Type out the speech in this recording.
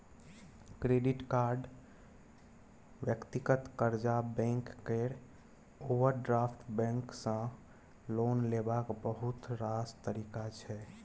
credit card, व्यक्तिगत कर्जा, bank केर ओवरड्राफ्ट बैंक सँ लोन लेबाक बहुत रास तरीका छै